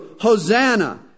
Hosanna